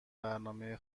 برنامه